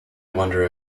wonder